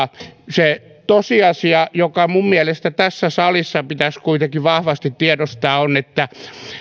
se tosiasia joka minun mielestäni tässä salissa pitäisi kuitenkin vahvasti tiedostaa on se että